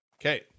Okay